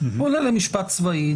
הוא עולה למשפט צבאי,